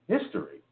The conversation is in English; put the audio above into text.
history